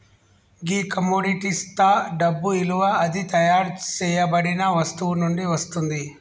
గీ కమొడిటిస్తా డబ్బు ఇలువ అది తయారు సేయబడిన వస్తువు నుండి వస్తుంది